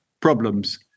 problems